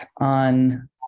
on